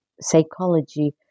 psychology